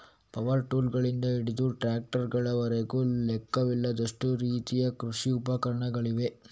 power ಟೂಲ್ಗಳಿಂದ ಹಿಡಿದು ಟ್ರಾಕ್ಟರುಗಳವರೆಗೆ ಲೆಕ್ಕವಿಲ್ಲದಷ್ಟು ರೀತಿಯ ಕೃಷಿ ಉಪಕರಣಗಳಿವೆ